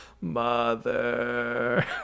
Mother